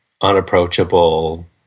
unapproachable